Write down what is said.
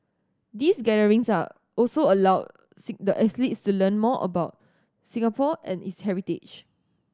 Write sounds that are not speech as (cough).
these gatherings are also allow (unintelligible) the athletes to learn more about Singapore and its heritage